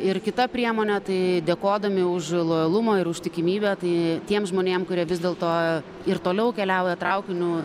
ir kita priemone tai dėkodami už lojalumą ir uštikimybę tai tiem žmonėm kurie vis dėlto ir toliau keliauja traukiniu